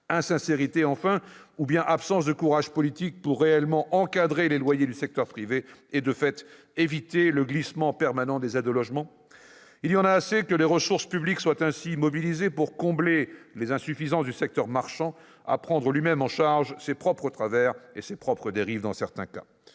Insincérité ? Ou bien absence de courage politique pour réellement encadrer les loyers du secteur privé et, de fait, éviter le glissement permanent des aides au logement ? Nous en avons assez que les ressources publiques soient ainsi mobilisées pour combler les insuffisances du secteur marchand à prendre lui-même en charge ses propres travers et ses propres dérives ! Ce sont ces